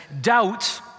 Doubt